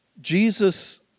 Jesus